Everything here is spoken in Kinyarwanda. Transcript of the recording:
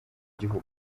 gihugu